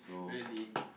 really